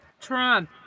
Trump